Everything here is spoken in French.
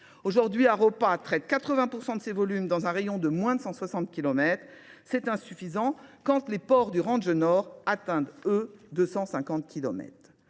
Aujourd'hui, Aropa traite 80% de ses volumes dans un rayon de moins de 160 kilomètres. C'est insuffisant quand les ports du range nord atteintent eux 250